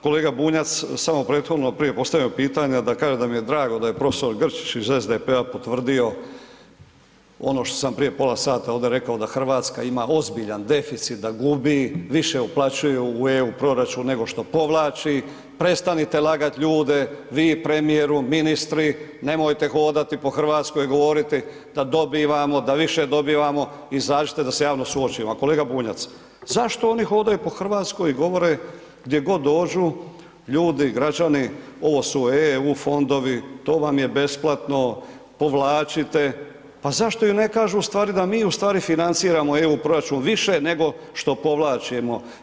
Kolega Bunjac samo prethodno prije postavljenog pitanja da kažem da mi je drago da je profesor Grčić iz SDP-a potvrdio ono što sam prije pola sata ovdje rekao da Hrvatska ima ozbiljan deficit da gubi, više uplaćuje u EU proračun nego što povlači, prestanite lagati ljude, vi premijeru, ministri, nemojte hodati po Hrvatskoj i govoriti da dobivamo, da više dobivamo, izađite da se javno suočimo, a kolega Bunjac, zašto oni hodaju po Hrvatskoj i govore gdje god dođu ljudi, građani, ovo su EU fondovi, to vam je besplatno, povlačite, pa zašto im ne kažu u stvari da mi u stvari financiramo EU proračun, više nego što povlačimo.